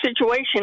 situation